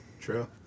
True